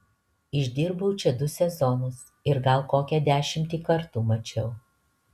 išdirbau čia du sezonus ir gal kokią dešimtį kartų mačiau